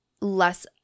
less